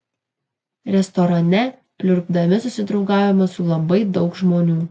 restorane pliurpdami susidraugavome su labai daug žmonių